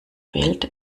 welt